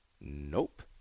Nope